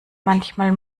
manchmal